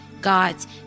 God's